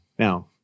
Now